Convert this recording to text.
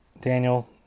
Daniel